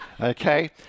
Okay